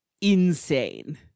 insane